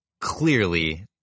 clearly